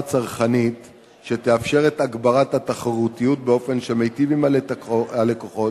צרכנית שתאפשר את הגברת התחרותיות באופן שמיטיב עם הלקוחות,